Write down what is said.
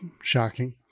Shocking